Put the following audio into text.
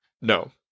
no